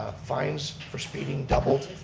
fines for speeding doubled?